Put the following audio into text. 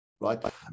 Right